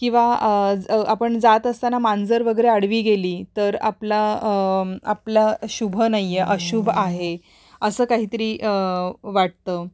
किंवा जर आपण जात असताना मांजर वगैरे आडवी गेली तर आपला आपला शुभ नाही आहे अशुभ आहे असं काही तरी वाटतं